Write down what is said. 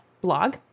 blog